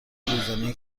روزانهای